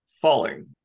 falling